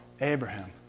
Abraham